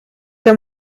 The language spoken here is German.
der